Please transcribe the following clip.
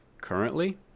currently